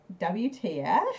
WTF